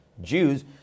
Jews